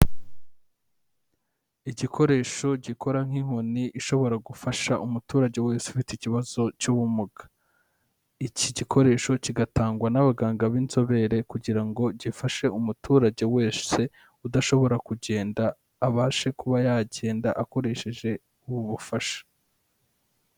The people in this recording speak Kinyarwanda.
Igikoresho gikora nk'inkoni ishobora gufasha umuturage wese ufite ikibazo cy'ubumuga. Iki gikoresho kigatangwa n'abaganga b'inzobere kugira ngo gifashe umuturage wese udashobora kugenda, abashe kuba yagenda akoresheje ubu bufasha.